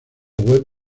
web